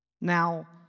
Now